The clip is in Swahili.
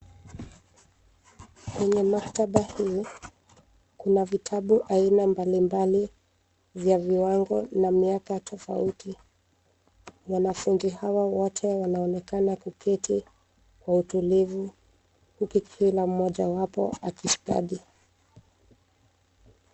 Kwenye maktaba hii, kuna vitabu aina mbalimbali vya viwango na miaka tofauti. Wanafunzi hawa wote wanaonekana kuketi kwa utulivu huku kila mojawapo aki cs[study]cs.